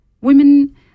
Women